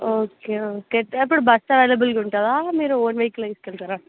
okay okay ఇప్పుడు bus అవైలబుల్గా ఉంటుందా మీరు ఓన్ వెహికల్లో తీసుకెళ్తారా